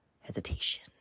hesitation